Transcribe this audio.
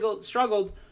struggled